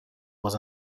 was